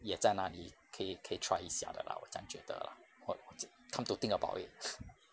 也在那里可以可以 try 一下的 lah 我这样觉得 lah 我我就 come to think about it